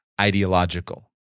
ideological